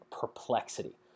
perplexity